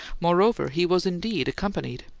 moreover, he was indeed accompanied.